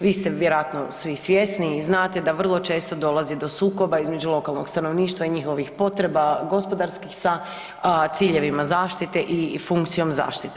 Vi ste vjerojatno svi svjesni i znate da vrlo često dolazi do sukoba između lokalnog stanovništva i njihovih potreba, gospodarskih, sa ciljevima zaštite i funkcijom zaštite.